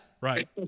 Right